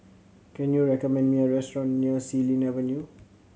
can you recommend me a restaurant near Xilin Avenue